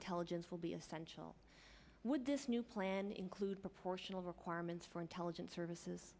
intelligence will be essential would this new plan include proportional requirements for intelligence services